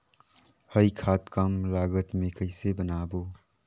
हरी खाद कम लागत मे कइसे बनाबो?